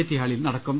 T ഹാളിൽ നടക്കും